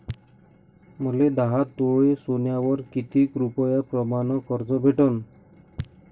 मले दहा तोळे सोन्यावर कितीक रुपया प्रमाण कर्ज भेटन?